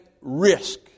risk